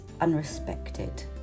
unrespected